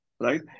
right